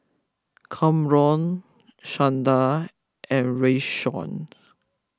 Kamron Shanda and Rayshawn